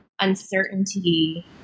uncertainty